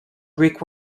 greek